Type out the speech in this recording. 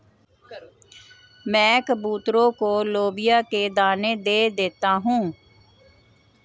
मैं कबूतरों को लोबिया के दाने दे देता हूं